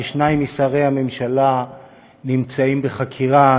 שניים משרי הממשלה נמצאים בחקירה,